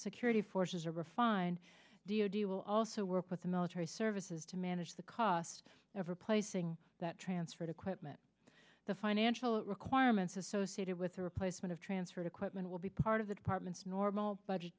security forces are refined d o d will also work with the military services to manage the cost of replacing that transferred equipment the financial requirements associated with the replacement of transferred equipment will be part of the department's normal budget